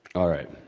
alright